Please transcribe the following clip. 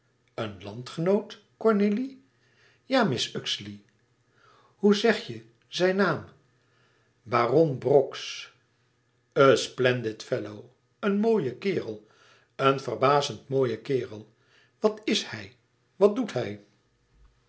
een landgenoot ornélie a rs xeley oe zeg je zijn naam baron brox a splendid fellow een mooie kerel een verbazend mooie kerel wat is hij wat doet hij